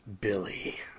Billy